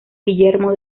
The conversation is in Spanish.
guillermo